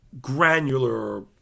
granular